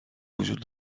وجود